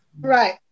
Right